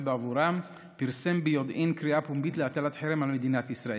בעבורם פרסם ביודעין קריאה פומבית להטלת חרם על מדינת ישראל.